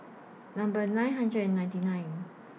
Number nine hundred and ninety nine